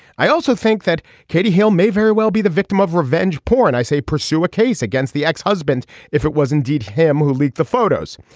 i also think that katie hill may very well be the victim of revenge porn. i say pursue a case against the ex-husband if it was indeed him who leaked the photos.